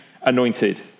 anointed